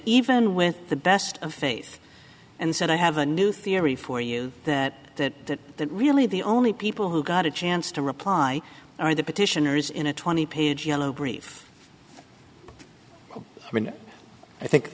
even with the best of faith and said i have a new theory for you that that that really the only people who got a chance to reply are the petitioners in a twenty page yellow brief i